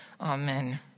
Amen